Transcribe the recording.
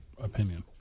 opinion